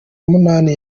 munani